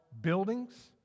buildings